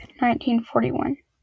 1941